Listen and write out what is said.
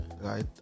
Right